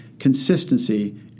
consistency